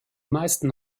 meisten